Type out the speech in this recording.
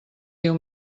diu